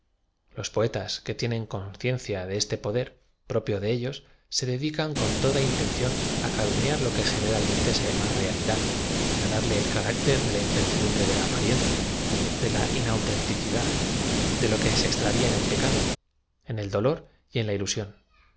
los poetas que tienen conciencia de este poder pro pio de ellos ee dedican con toda intedclón á calum niar lo que generalmente se llam a realidad y á darle el carácter de la ibcertldumbre do la apariencia de la inautentlcldad de lo que ee ex tra v ia en el pecado en el dolor y en la ilusión